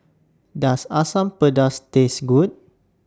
Does Asam Pedas Taste Good